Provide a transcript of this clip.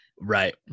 Right